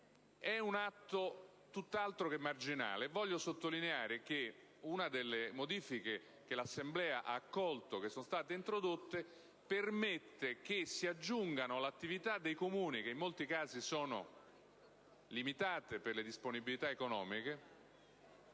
È un atto tutt'altro che marginale. Voglio sottolineare che una delle modifiche che l'Assemblea ha accolto permette di aggiungere all'attività dei Comuni, che in molti casi sono limitate per le disponibilità economiche,